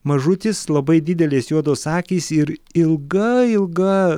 mažutis labai didelės juodos akys ir ilga ilga